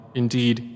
indeed